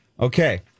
Okay